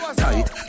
tight